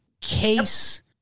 case